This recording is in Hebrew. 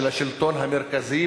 של השלטון המרכזי,